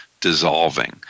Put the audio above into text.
dissolving